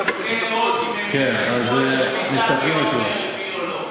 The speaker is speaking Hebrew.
נסתפק בזה ונחכה לראות אם הם ימנעו את השביתה ביום רביעי או לא.